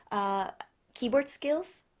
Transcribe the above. ah keyboard skills,